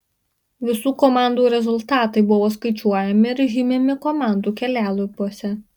visų komandų rezultatai buvo skaičiuojami ir žymimi komandų kelialapiuose